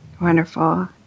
Wonderful